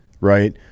right